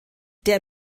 der